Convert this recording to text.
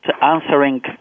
answering